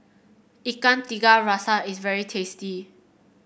Ikan Tiga Rasa is very tasty